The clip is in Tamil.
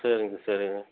சரிங்க சரிங்க